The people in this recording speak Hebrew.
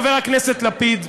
חבר הכנסת לפיד,